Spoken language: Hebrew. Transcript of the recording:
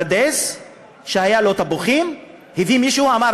פרדס שהיו לו תפוחים הביא מישהו ואמר